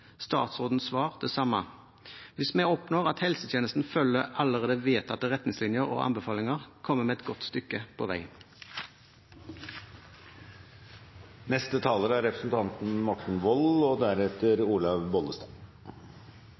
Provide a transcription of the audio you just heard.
statsrådens svar det samme. Hvis vi oppnår at helsetjenesten følger allerede vedtatte retningslinjer og anbefalinger, kommer vi et godt stykke på vei.